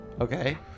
okay